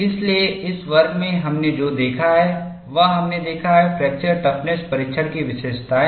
इसलिए इस वर्ग में हमने जो देखा है वह हमने देखा है फ्रैक्चर टफनेस परीक्षण की विशेषताएं